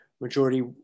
majority